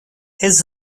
his